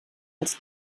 als